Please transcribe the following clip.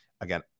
Again